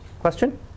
Question